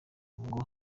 ngo